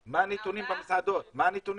במסעדה ונמשכו